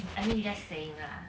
I mean just saying ah